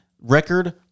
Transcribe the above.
record